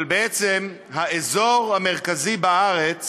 אבל בעצם האזור המרכזי בארץ